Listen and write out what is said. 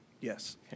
Yes